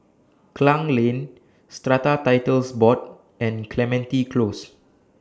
Klang Lane Strata Titles Board and Clementi Close